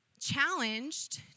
challenged